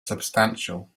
substantial